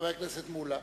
חבר הכנסת שלמה מולה.